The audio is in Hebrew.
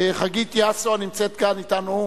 חגית יאסו, שנמצאת כאן אתנו.